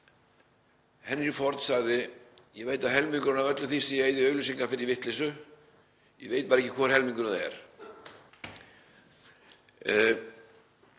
Henry Ford sagði: Ég veit að helmingurinn af öllu því sem ég eyði í auglýsingar fer í vitleysu, ég veit bara ekki hvor helmingurinn það er.